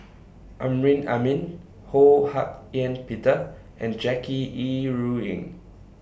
Amrin Amin Ho Hak Ean Peter and Jackie Yi Ru Ying